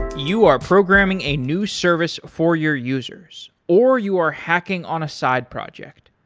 you are programming a new service for your users, or you are hacking on a side project.